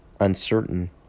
uncertain